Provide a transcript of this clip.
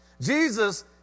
Jesus